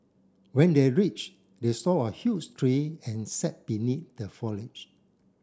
when they reached they saw a huge tree and sat beneath the foliage